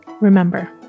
Remember